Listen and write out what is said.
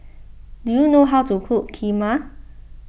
do you know how to cook Kheema